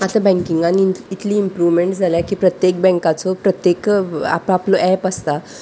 आतां बँकिंगान इत इतली इमप्रूवमेंट जाल्या की प्रत्येक बँकाचो प्रत्येक आपआप एप आसता